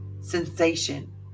sensation